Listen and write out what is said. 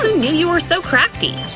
knew you were so crafty?